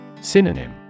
Synonym